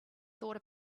thought